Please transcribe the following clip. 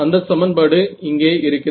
அந்த சமன்பாடு இங்கே இருக்கிறது